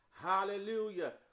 hallelujah